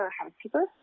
housekeeper